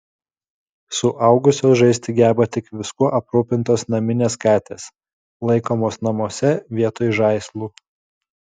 suaugusios žaisti geba tik viskuo aprūpintos naminės katės laikomos namuose vietoj žaislų